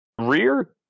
Rear